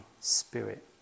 spirit